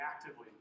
actively